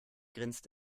grinst